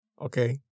Okay